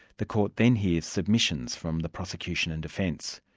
the court then hears submissions from the prosecution and defence.